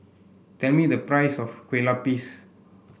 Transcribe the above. tell me the price of Kueh Lupis